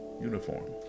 uniform